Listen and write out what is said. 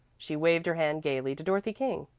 she waved her hand gaily to dorothy king,